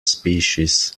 species